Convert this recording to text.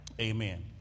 Amen